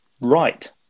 Right